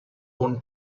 own